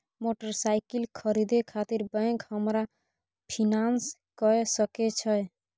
Motorcycle खरीदे खातिर bank हमरा फिनांस कय सके छै?